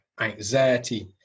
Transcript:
anxiety